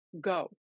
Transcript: go